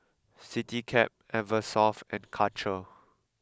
Citycab Eversoft and Karcher